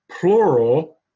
plural